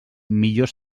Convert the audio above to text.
millor